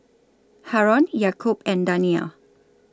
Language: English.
Haron Yaakob and Danial